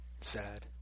Sad